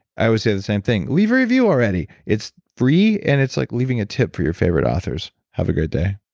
i always say the same thing, leave a review already. it's free and it's like leaving a tip for your favorite authors. have a great day